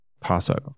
passover